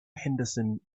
henderson